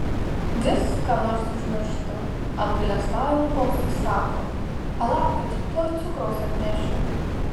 vis ką nors užmirštu apgailestaujamu balsu sako palaukit tuoj cukraus atnešiu